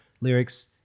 lyrics